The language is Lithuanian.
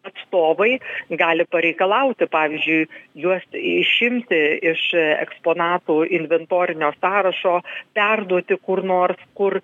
atstovai gali pareikalauti pavyzdžiui juos išimti iš eksponatų inventorinio sąrašo perduoti kur nors kur